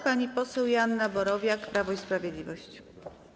Pani poseł Joanna Borowiak, Prawo i Sprawiedliwość.